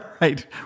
right